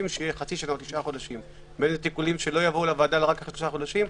לחצי שנה או 9 חודשים --- יבואו לוועדה רק אחרי 3 חודשים.